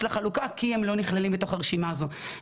לחלוקה כי הם לא נכללים בתוך הרשימה הזאת.